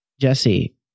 Jesse